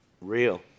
real